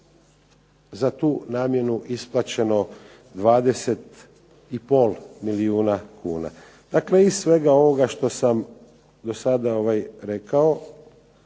za tu namjenu isplaćeno 20,5 milijuna kuna. Dakle, iz svega ovoga što sam dosad rekao